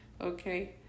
Okay